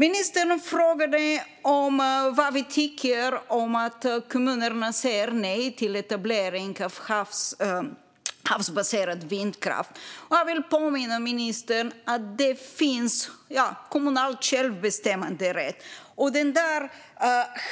Ministern frågade vad vi tycker om att kommunerna säger nej till etablering av havsbaserad vindkraft. Jag vill påminna ministern om den kommunala självbestämmanderätten. Den